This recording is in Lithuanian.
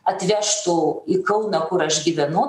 atvežtų į kauną kur aš gyvenu